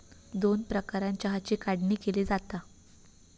दोन प्रकारानं चहाची काढणी केली जाता